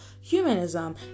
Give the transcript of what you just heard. humanism